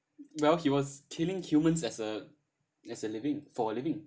well he was killing humans as a as a living for a living